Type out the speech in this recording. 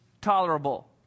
tolerable